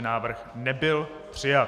Návrh nebyl přijat.